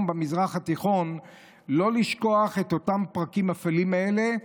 במזרח התיכון לא לשכוח את אותם פרקים אפלים אלה,